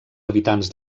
habitants